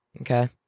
Okay